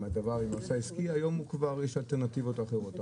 היום יש אלטרנטיבות אחרות.